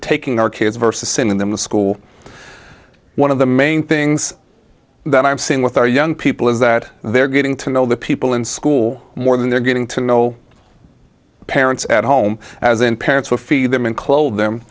taking our kids versus in the school one of the main things that i've seen with our young people is that they're getting to know the people in school more than they're getting to know parents at home as in parents we feed them and clothe them